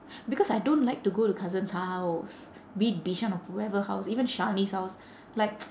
because I don't like to go to cousin's house be it bishan or whoever house like shani's house like